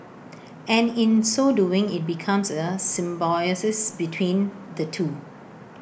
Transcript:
and in so doing IT becomes A a symbiosis between the two